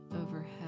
overhead